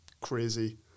crazy